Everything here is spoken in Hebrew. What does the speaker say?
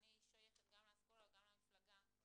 אני שייכת גם לאסכולה וגם למפלגה,